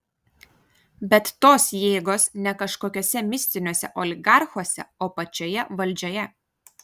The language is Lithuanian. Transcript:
bet tos jėgos ne kažkokiuose mistiniuose oligarchuose o pačioje valdžioje